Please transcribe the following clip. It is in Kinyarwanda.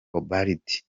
ubald